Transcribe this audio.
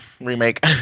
remake